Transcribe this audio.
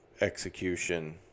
execution